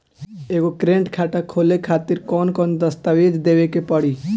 एगो करेंट खाता खोले खातिर कौन कौन दस्तावेज़ देवे के पड़ी?